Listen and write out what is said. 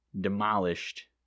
demolished